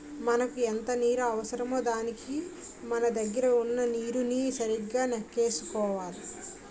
మనకెంత నీరు అవసరమో దానికి మన దగ్గర వున్న నీరుని సరిగా నెక్కేసుకోవాలి